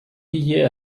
billet